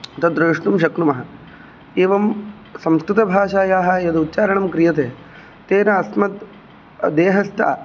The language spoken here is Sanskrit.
तद्रष्टुं शक्नुमः एवं संस्कृताभषायाः यदुच्चारणं क्रियते तेन अस्मद् देहस्थ